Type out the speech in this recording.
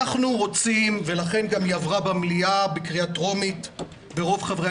אנחנו רוצים להבטיח ולכן גם היא עברה במליאה בקריאה הטרומית ברוב חברי